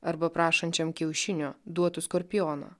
arba prašančiam kiaušinio duotų skorpiono